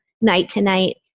night-to-night